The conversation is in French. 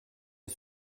est